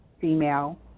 female